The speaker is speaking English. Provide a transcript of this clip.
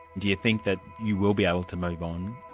do you think that you will be able to move on?